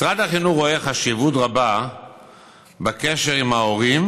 משרד החינוך רואה חשיבות רבה בקשר עם ההורים